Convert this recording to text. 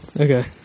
Okay